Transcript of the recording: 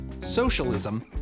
socialism